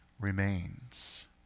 remains